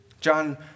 John